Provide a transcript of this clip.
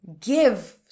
give